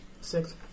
Six